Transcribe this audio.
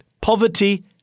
poverty